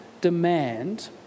demand